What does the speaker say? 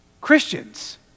Christians